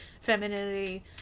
femininity